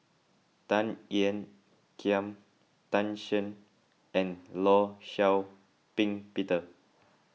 Tan Ean Kiam Tan Shen and Law Shau Ping Peter